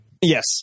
Yes